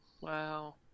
Wow